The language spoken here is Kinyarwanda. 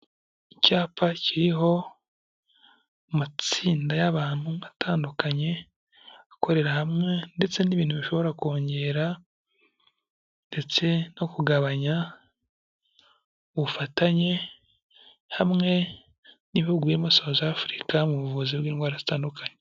Icyapa kiriho amatsinda y'abantu atandukanye akorera hamwe ndetse n'ibintu bishobora kongera ndetse no kugabanya ubufatanye, hamwe n'ibihugu birimo souh Africa mu buvuzi bw'indwara zitandukanye.